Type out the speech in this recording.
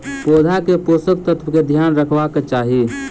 पौधा के पोषक तत्व के ध्यान रखवाक चाही